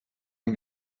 den